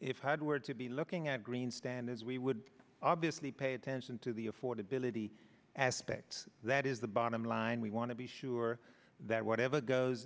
if had were to be looking at green standards we would obviously pay attention to the affordability aspect that is the bottom line we want to be sure that whatever goes